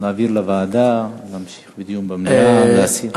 להעביר לוועדה, להמשיך לדיון במליאה או להסיר?